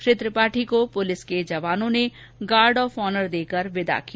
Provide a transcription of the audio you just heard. श्री त्रिपाठी को पुलिस जवानों ने गार्ड ऑफ ऑनर देकर विदा किया